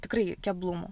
tikrai keblumų